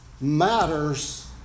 matters